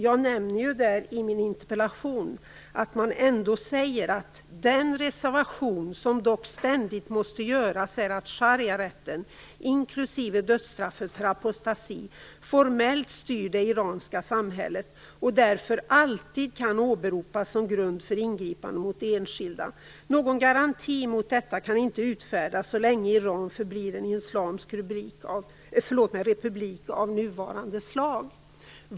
Jag nämner i min interpellation att man i rapporten framhåller: "Den reservation som dock ständigt måste göras är att shariarätten, inklusive dödsstraffet för apostasi, formellt styr det iranska samhället och därför alltid kan åberopas som grund för ingripanden mot enskilda. Någon garanti emot detta kan inte utfärdas så länge Iran förblir en islamisk republik av nuvarande slag."